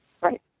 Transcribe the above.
right